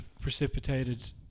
precipitated